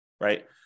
right